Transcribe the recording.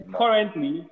currently